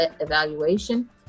evaluation